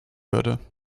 würde